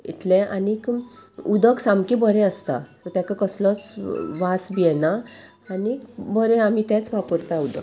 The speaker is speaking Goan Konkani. इतलें आनीक उदक सामकें बरें आसता सो ताका कसलोच वास बी येना आनीक बरें आमी तेंच वापरता उदक